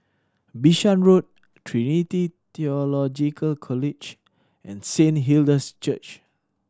Bishan Road Trinity Theological College and Saint Hilda's Church